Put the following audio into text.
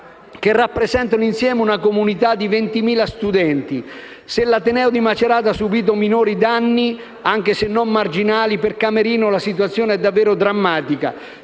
rappresentano una comunità di 20.000 studenti. Se l'ateneo di Macerata ha subito minori ma non marginali danni, per Camerino la situazione è davvero drammatica.